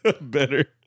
better